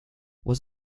was